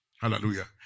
Hallelujah